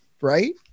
right